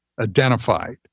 identified